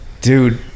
dude